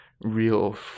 real